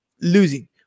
losing